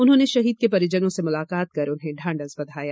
उन्होंने शहीद के परिजनों से मुलाकात कर उन्हें ढांढस बंधाया